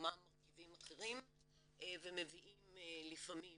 במקומם מרכיבים אחרים ומביאים לפעמים